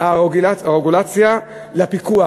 הרגולציה לפיקוח.